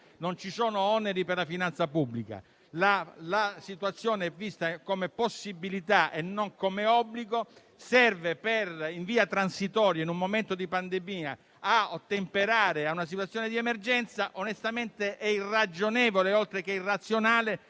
Non ci sono oneri per la finanza pubblica, il testo prevede una possibilità e non un obbligo e serve in via transitoria, in un momento di pandemia, a ottemperare a una situazione di emergenza; onestamente è irragionevole, oltre che irrazionale,